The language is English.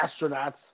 astronauts